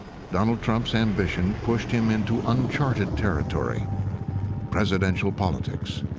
donald trump's ambition pushed him into uncharted territory presidential politics.